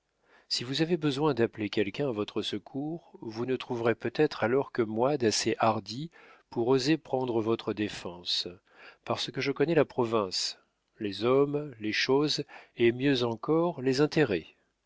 si vous avez besoin d'appeler quelqu'un à votre secours vous ne trouverez peut-être alors que moi d'assez hardi pour oser prendre votre défense parce que je connais la province les hommes les choses et mieux encore les intérêts